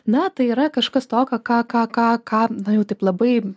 na tai yra kažkas tokio ką ką ką ką nu jau taip labai